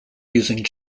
using